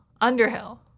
Underhill